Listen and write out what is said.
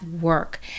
work